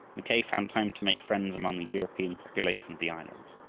mackay found time to make friends among the european population of the island.